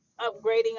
upgrading